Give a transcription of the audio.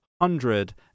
hundred